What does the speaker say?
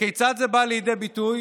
כיצד בא לידי ביטוי